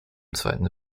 zweiten